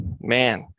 man